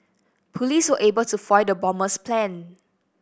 police were able to foil the bomber's plan